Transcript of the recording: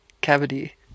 cavity